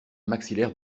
maxillaire